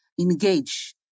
engage